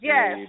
Yes